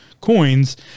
Coins